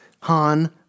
Han